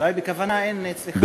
אולי בכוונה אין אצלך, עיסאווי?